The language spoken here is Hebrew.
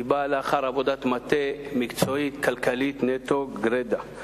באה לאחר עבודת מטה מקצועית כלכלית נטו, גרידא.